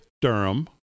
Durham